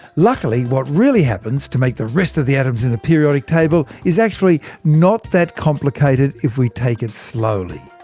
luckily, what really happens to make the rest of the atoms in the periodic table is actually not that complicated if we take it slowly.